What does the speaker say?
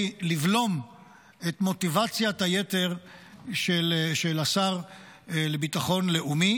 לבלום את מוטיבציית היתר של השר לביטחון לאומי,